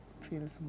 feels